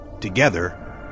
Together